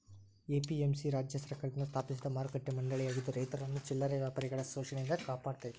APMC ರಾಜ್ಯ ಸರ್ಕಾರದಿಂದ ಸ್ಥಾಪಿಸಿದ ಮಾರುಕಟ್ಟೆ ಮಂಡಳಿಯಾಗಿದ್ದು ರೈತರನ್ನ ಚಿಲ್ಲರೆ ವ್ಯಾಪಾರಿಗಳ ಶೋಷಣೆಯಿಂದ ಕಾಪಾಡತೇತಿ